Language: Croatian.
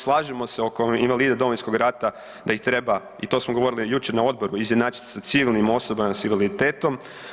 Slažemo se oko invalida Domovinskog rata da ih treba i to smo govorili jučer na odboru, izjednačiti sa civilnim osobama s invaliditetom.